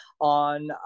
on